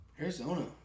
Arizona